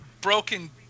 Broken